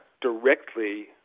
directly